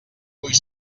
vull